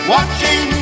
Watching